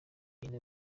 rigena